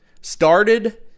started